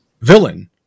villain